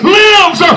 lives